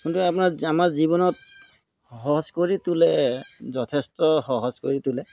কিন্তু আপোনাৰ আমাৰ জীৱনত সহজ কৰি তোলে যথেষ্ট সহজ কৰি তোলে